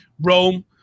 Rome